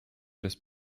przez